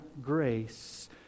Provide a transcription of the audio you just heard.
grace